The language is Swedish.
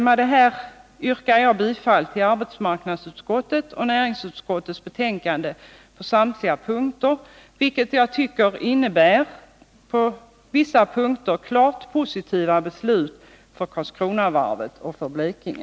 Med detta yrkar jag bifall till arbetsmarknadsutskottets och näringsutskottets betänkanden på samtliga punkter, vilket jag också tycker på vissa punkter innebär klart positiva beslut för Karlskronavarvet och för Blekinge.